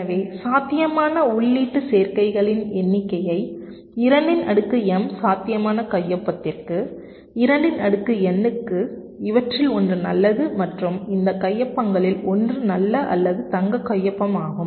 எனவே சாத்தியமான உள்ளீட்டு சேர்க்கைகளின் எண்ணிக்கையை 2 இன் அடுக்கு m சாத்தியமான கையொப்பத்திற்கு 2 இன் அடுக்கு n க்கு இவற்றில் ஒன்று நல்லது மற்றும் இந்த கையொப்பங்களில் ஒன்று நல்ல அல்லது தங்க கையொப்பமாகும்